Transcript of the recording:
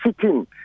sitting